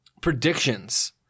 Predictions